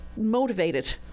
motivated